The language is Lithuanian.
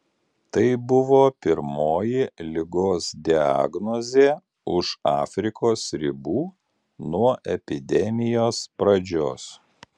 tai buvo pirmoji ligos diagnozė už afrikos ribų nuo epidemijos pradžios